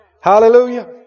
Hallelujah